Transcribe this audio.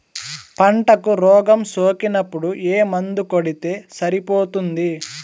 పంటకు రోగం సోకినపుడు ఏ మందు కొడితే సరిపోతుంది?